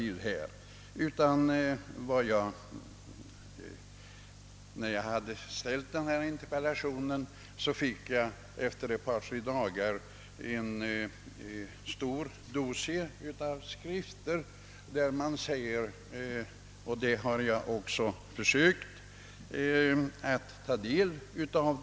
Ett par tre dagar efter det att jag hade framställt min interpellation fick jag en stor dossier handlingar, som jag har försökt ta del av.